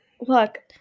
Look